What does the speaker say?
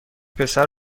پسر